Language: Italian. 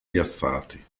piazzati